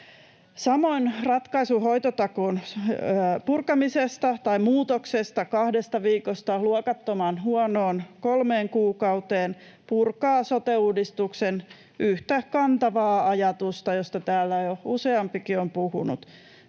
Samoin ratkaisu hoitotakuun muutoksesta kahdesta viikosta luokattoman huonoon kolmeen kuukauteen purkaa sote-uudistuksen yhtä kantavaa ajatusta, josta täällä jo useampikin on puhunut: